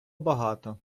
багато